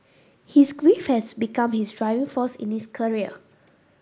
his grief has become his driving force in his career